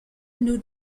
new